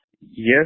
Yes